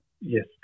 Yes